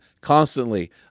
constantly